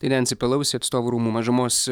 tai nensi pelosi atstovų rūmų mažumos